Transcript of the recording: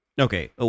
Okay